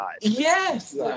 Yes